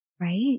Right